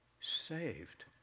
saved